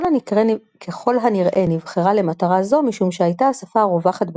ככל הנראה נבחרה למטרה זו משום שהייתה השפה הרווחת בציבור,